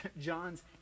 John's